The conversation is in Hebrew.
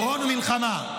דורון, מלחמה.